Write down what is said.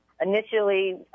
initially